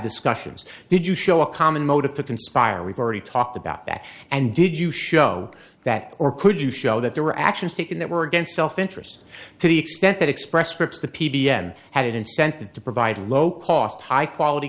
discussions did you show a common motive to conspire we've already talked about that and did you show that or could you show that there were actions taken that were against self interest to the extent that express scripts the p d n had an incentive to provide low cost high quality